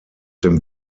dem